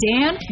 Dan